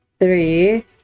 three